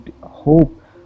hope